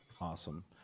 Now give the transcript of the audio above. Awesome